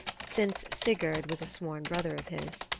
since sigurd was a sworn brother of his.